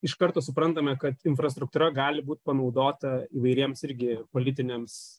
iš karto suprantame kad infrastruktūra gali būt panaudota įvairiems irgi politiniams